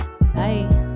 bye